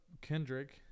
Kendrick